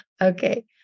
Okay